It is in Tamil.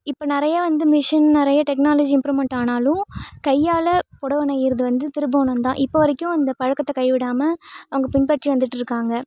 இப்போ நிறைய வந்து மிஷின் நிறைய டெக்னாலஜி இம்ப்ரூவ்மெண்ட் ஆனாலும் கையால் பொடவை நெய்கிறது வந்து திருபுவனம் தான் இப்போ வரைக்கும் இந்த பழக்கத்தை கைவிடாமல் அவங்க பின்பற்றி வந்துட்டு இருக்காங்க